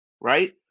right